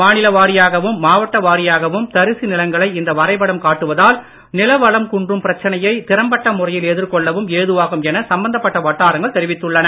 மாநில வாரியாகவும் மாவட்ட வாரியாகவும் தரிசு நிலங்களை இந்த வரைபடம் காட்டுவதால் நிலவளம் குன்றும் பிரச்சனையை திறம்பட்ட முறையில் எதிர்கொள்ளவும் ஏதுவாகும் என சம்பந்தப்பட்ட வட்டாரங்கள் தெரிவித்துள்ளன